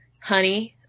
honey